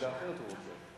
עמדה אחרת הוא רוצה.